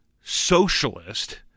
socialist